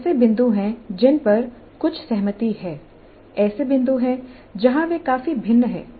ऐसे बिंदु हैं जिन पर कुछ सहमति है ऐसे बिंदु हैं जहां वे काफी भिन्न हैं